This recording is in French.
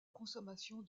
consommation